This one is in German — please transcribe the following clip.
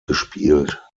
gespielt